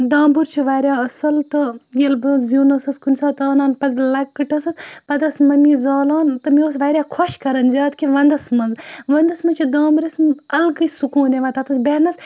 دامبُر چھُ واریاہ اَصٕل تہٕ ییٚلہِ بہٕ زیُن ٲسٕس کُنہِ ساتہٕ آنان پَتہٕ لَکٕٹۍ ٲسٕس پَتہٕ ٲس مٔمی زالان تہٕ مےٚ اوس واریاہ خۄش کَران زیادٕ کہِ وَندَس منٛز وَندَس منٛز چھِ دامبرَس اَلگٕے سکوٗن یِوان تَتس بہنَس